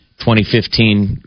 2015